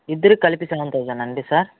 ఇద్దరికి కలిపి seven thousand అండి సార్